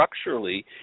structurally